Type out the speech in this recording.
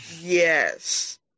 yes